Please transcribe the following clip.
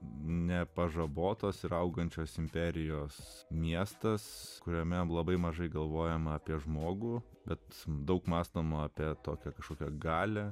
nepažabotos ir augančios imperijos miestas kuriame labai mažai galvojama apie žmogų bet daug mąstoma apie tokią kažkokią galią